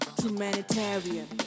humanitarian